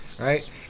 Right